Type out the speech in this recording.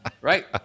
right